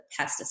pesticides